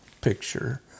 picture